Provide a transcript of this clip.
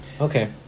Okay